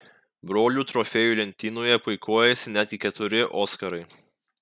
brolių trofėjų lentynoje puikuojasi netgi keturi oskarai